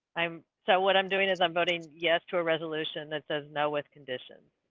i'm so, what i'm doing is i'm voting yes. to a resolution that says now with condition.